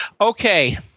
Okay